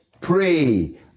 pray